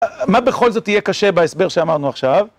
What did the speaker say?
מה בכל זאת יהיה קשה בהסבר שאמרנו עכשיו?